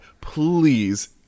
please